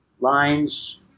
lines